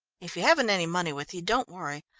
if you haven't any money with you, don't worry.